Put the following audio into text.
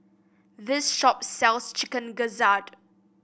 this shop sells Chicken Gizzard